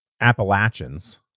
Appalachians